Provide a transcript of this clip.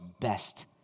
best